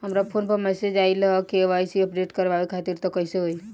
हमरा फोन पर मैसेज आइलह के.वाइ.सी अपडेट करवावे खातिर त कइसे होई?